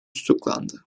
tutuklandı